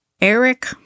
Eric